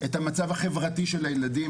את המצב החברתי של הילדים.